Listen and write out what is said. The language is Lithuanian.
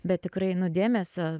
bet tikrai nu dėmesio